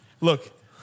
look